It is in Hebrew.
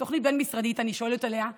אני שואלת על תוכנית בין-משרדית,